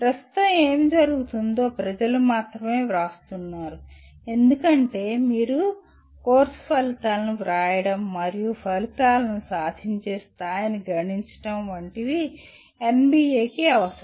ప్రస్తుతం ఏమి జరుగుతుందో ప్రజలు మాత్రమే వ్రాస్తున్నారు ఎందుకంటే మీ కోర్సు ఫలితాలను వ్రాయడం మరియు ఫలితాలను సాధించే స్థాయిని గణించడం వంటివి NBA కి అవసరం